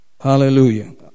Hallelujah